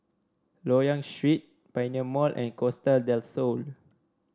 Loyang Street Pioneer Mall and Costa Del Sol